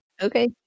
Okay